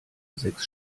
sechs